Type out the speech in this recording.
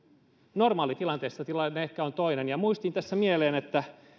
normaalitilanteessa tilanne ehkä on toinen muistui tässä mieleen